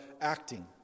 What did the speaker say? acting